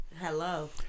Hello